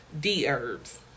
D-Herbs